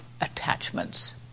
attachments